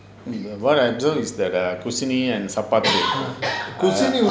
what I observe is that err குசினி:kusini and சப்பாத்து:sapaathu